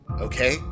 Okay